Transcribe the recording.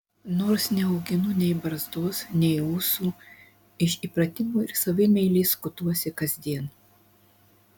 nors neauginu nei barzdos nei ūsų iš įpratimo ir savimeilės skutuosi kasdien